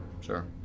sure